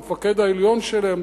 המפקד העליון שלהם,